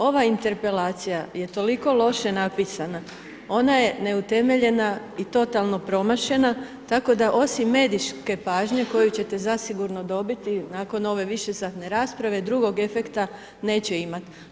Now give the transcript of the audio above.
Ova interpelacija je toliko loše napisana, ona je neutemeljena i totalno promašena, tako da osim medijske pažnje koju ćete zasigurno dobiti nakon ove višesatne rasprave, drugog efekta neće imat.